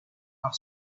off